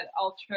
ultra